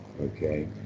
okay